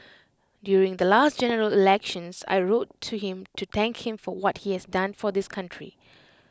during the last general elections I wrote to him to thank him for what he has done for this country